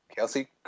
Kelsey